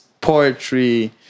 poetry